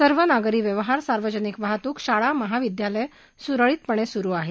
सर्व नागरी व्यवहार सार्वजनिक वाहतूक शाळा महाविद्यालयं सुरळीतपणे सुरू आहेत